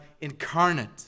incarnate